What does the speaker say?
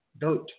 dirt